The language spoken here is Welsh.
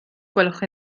gwelwch